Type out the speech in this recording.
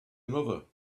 another